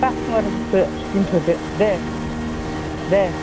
खास्थमारफोरखो दोनथदो दे दे